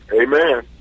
Amen